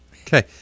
Okay